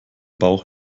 bauch